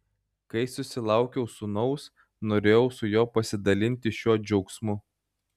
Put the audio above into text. kai susilaukiau sūnaus norėjau su juo pasidalinti šiuo džiaugsmu